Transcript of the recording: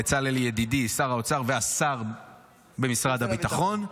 בצלאל, ידידי, שר האוצר והשר במשרד הביטחון,